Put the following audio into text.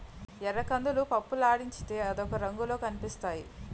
ఎర్రకందులు పప్పులాడించితే అదొక రంగులో కనిపించుతాయి